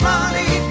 Money